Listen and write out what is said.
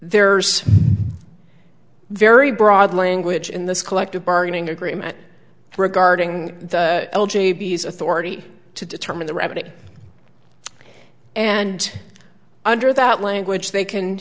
there's very broad language in this collective bargaining agreement regarding the l j b f authority to determine the remedy and under that language they can